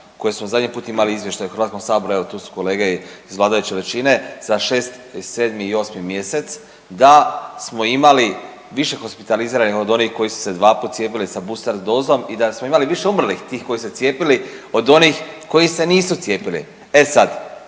koje smo zadnji put imali izvještaj u Hrvatskom saboru, evo tu su kolege iz vladajuće većine za 6., 7. i 8. mjesec da smo imali više hospitaliziranih od onih koji su se dva puta cijepili sa booster dozom i da smo imali više umrlih tih koji su se cijepili od onih koji se nisu cijepili. E sad